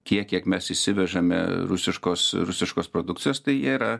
kiek kiek mes įsivežame rusiškos rusiškos produkcijos tai yra